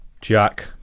Jack